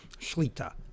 Shlita